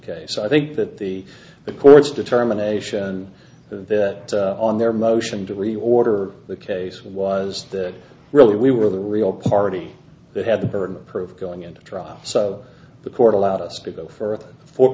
case i think that the the courts determination that on their motion to reorder the case was that really we were the real party that had the burden of proof going into trial so the court allowed us to go further for